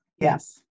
Yes